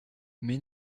mais